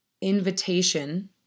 invitation